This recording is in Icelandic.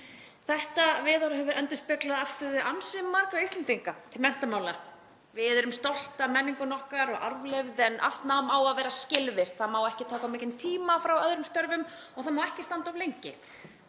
Þetta viðhorf hefur endurspeglað afstöðu ansi margra Íslendinga til menntamála. Við erum stolt af menningunni okkar og arfleifð en allt nám á að vera skilvirkt. Það má ekki taka of mikinn tíma frá öðrum störfum og það má ekki standa of lengi.